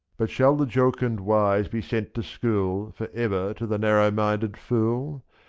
but shall the jocund wise be sent to school for ever to the narrow-minded fool,